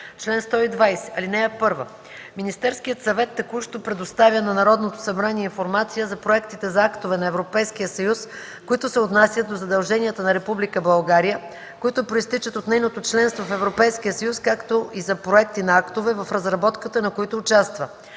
„Чл. 120. (1) Министерският съвет текущо предоставя на Народното събрание информация за проектите за актове на Европейския съюз, които се отнасят до задълженията на Република България, които произтичат от нейното членство в Европейския съюз, както и за проекти на актове, в разработката на които участва.